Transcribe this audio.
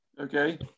Okay